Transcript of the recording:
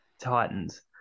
Titans